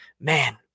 man